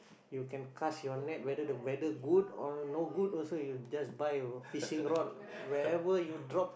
you can cast your net whether the weather good or no good also you just buy a fishing rod wherever you drop